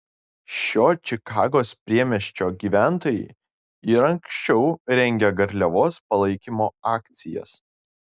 šio čikagos priemiesčio gyventojai ir anksčiau rengė garliavos palaikymo akcijas